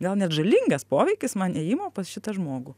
gal net žalingas poveikis man ėjimo pas šitą žmogų